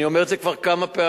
אני אומר את זה כבר כמה פעמים.